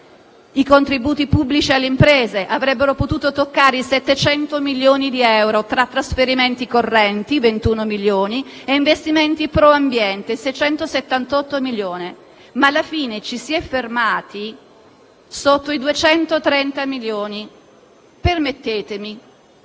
I contributi pubblici alle imprese avrebbero potuto toccare i 700 milioni di euro, tra trasferimenti correnti (21 milioni) e investimenti pro-ambiente (678 milioni); ma alla fine ci si è fermati sotto i 230 milioni di euro. Permettetemi: